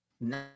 No